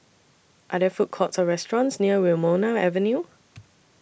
Are There Food Courts Or restaurants near Wilmonar Avenue